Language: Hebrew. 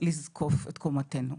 לזקוף את קומתנו.